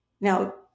Now